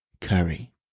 Curry